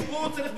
צריך פתרונות.